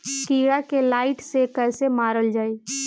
कीड़ा के लाइट से कैसे मारल जाई?